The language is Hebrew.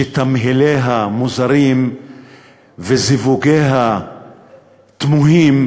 שתמהיליה מוזרים וזיווגיה תמוהים,